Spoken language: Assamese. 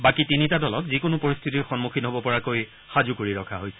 বাকী তিনিটা দলৰ যিকোনো পৰিস্থিতিৰ সন্মুখীন হব পৰাকৈ সাজু কৰি ৰখা হৈছে